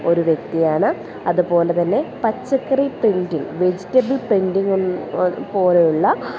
ഒരു വ്യക്തിയാണ് അതുപോലെത്തന്നെ പച്ചക്കറി പ്രിൻറ്റിങ് വെജിറ്റബിൾ പ്രിൻറിങ് പോലെയുള്ള